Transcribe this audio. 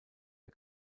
der